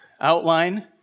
outline